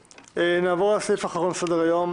נעבור לנושא האחרון שעל סדר היום,